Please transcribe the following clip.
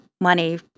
money